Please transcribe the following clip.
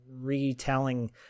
retelling